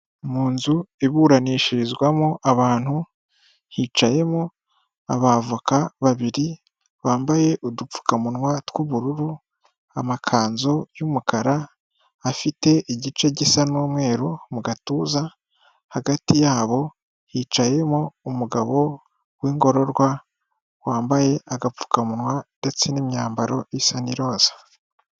Mu nzu iburanishirizwamo abantu, hicayemo abavoka babiri bambaye udupfukamunwa tw'ubururu, amakanzu y'umukara afite igice gisa n'umweru mu gatuza, hagati yabo hicayemo umugabo w'ingororwa wambaye agapfukamunwa ndetse n'imyambaro isa n'iroza.